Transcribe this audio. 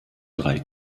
drei